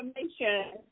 information